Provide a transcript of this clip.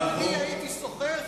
ממי הייתי שוכר,